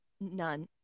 None